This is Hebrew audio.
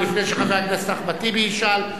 לפני שחבר הכנסת אחמד טיבי ישאל,